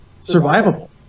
survivable